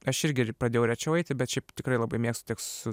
aš irgi pradėjau rečiau eiti bet šiaip tikrai labai mėgstu tiek su